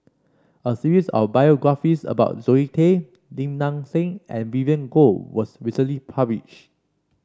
a series of biographies about Zoe Tay Lim Nang Seng and Vivien Goh was recently published